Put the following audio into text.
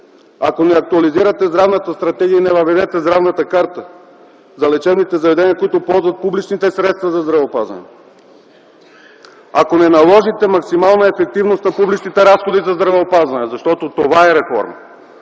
Ако не актуализирате Здравната стратегия и не въведете Здравната карта за лечебните заведения, които ползват публичните средства за здравеопазване. Ако не наложите максимална ефективност на публичните разходи за здравеопазване, защото това е реформата.